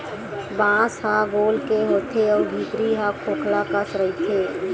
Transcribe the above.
बांस ह गोल के होथे अउ भीतरी ह खोखला कस रहिथे